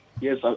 yes